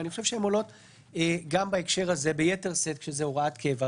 והן עולות גם בהקשר הזה ביתר שאת כשזה הוראת קבע.